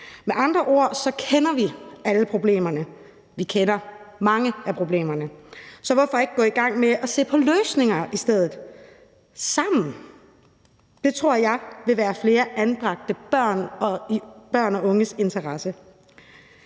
Med andre ord kender vi problemerne; vi kender mange af problemerne. Så hvorfor ikke gå i gang med sammen at se på løsninger i stedet for? Det tror jeg vil være i flere anbragte børn og unges interesse.